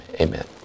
Amen